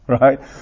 right